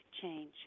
change